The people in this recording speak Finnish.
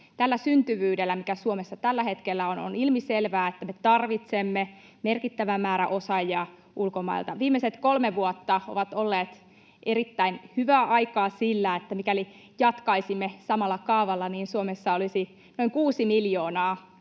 Tällä syntyvyydellä, mikä Suomessa tällä hetkellä on, on ilmiselvää, että me tarvitsemme merkittävän määrän osaajia ulkomailta. Viimeiset kolme vuotta ovat olleet erittäin hyvää aikaa sillä, että mikäli jatkaisimme samalla kaavalla, Suomessa olisi noin kuusi miljoonaa